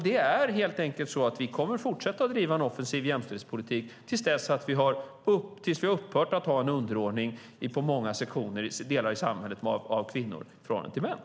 Det är helt enkelt så att vi kommer att fortsätta driva en offensiv jämställdhetspolitik tills vi har upphört att ha en underordning av kvinnor i förhållande till män i många delar av samhället.